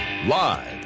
Live